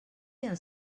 ens